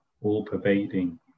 all-pervading